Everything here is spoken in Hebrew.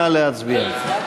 נא להצביע.